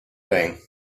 going